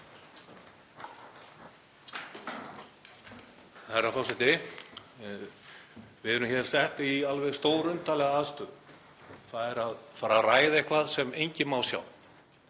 Við eigum að fara að ræða eitthvað sem enginn má sjá